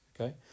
okay